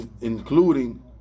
including